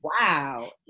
Wow